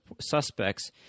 suspects